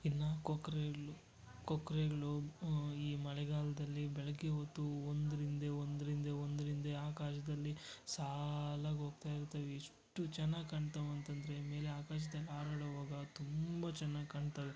ಇನ್ನು ಕೊಕ್ರೆಗಳು ಕೊಕ್ರೆಗಳು ಈ ಮಳೆಗಾಲದಲ್ಲಿ ಬೆಳಗ್ಗೆ ಹೊತ್ತು ಒಂದ್ರಿಂದೆ ಒಂದ್ರಿಂದೆ ಒಂದ್ರಿಂದೆ ಆಕಾಶದಲ್ಲಿ ಸಾಲಾಗಿ ಹೋಗ್ತ ಇರ್ತಾವೆ ಎಷ್ಟು ಚೆನ್ನಾಗ್ ಕಾಣ್ತವೆ ಅಂತಂದರೆ ಮೇಲೆ ಆಕಾಶ್ದಲ್ಲಿ ಹಾರಾಡೋವಾಗ ತುಂಬ ಚೆನ್ನಾಗ್ ಕಾಣ್ತವೆ